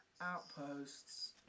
outposts